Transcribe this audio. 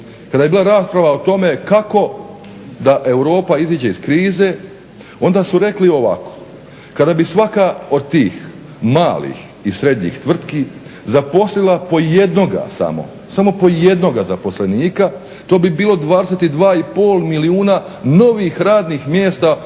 kada je bila rasprava o tome kako da Europa izađe iz krize onda su rekli ovako kada bi svaka od tih malih i srednjih tvrtki zaposlila po jednoga samo, samo po jednoga zaposlenika to bi bilo 22,5 milijuna novih radnih mjesta u